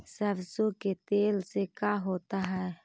सरसों के तेल से का होता है?